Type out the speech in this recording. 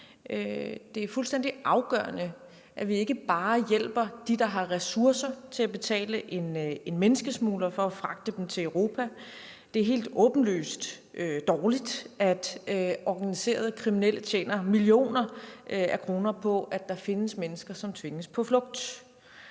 Det er fuldstændig afgørende, at vi ikke bare hjælper dem, der har ressourcer til at betale en menneskesmugler for at fragte sig til Europa. Det er helt åbenlyst dårligt, at organiserede kriminelle tjener millioner af kroner på, at der findes mennesker, som tvinges på flugt.